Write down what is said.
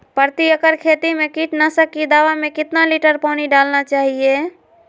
प्रति एकड़ खेती में कीटनाशक की दवा में कितना लीटर पानी डालना चाइए?